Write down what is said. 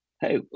hey